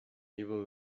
evil